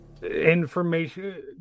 Information